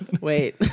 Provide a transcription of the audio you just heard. Wait